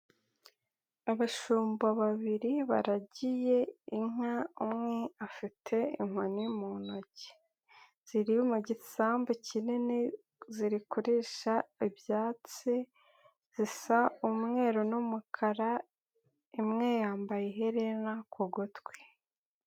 Abashumba babiri baragiye inka umwe afite inkoni mu ntoki. Ziri mu gisambu kinini ziri, kurisha ibyatsi, zisa umweru n'umukara, imwe yambaye iherena ku gutwi.